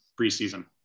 preseason